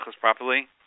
properly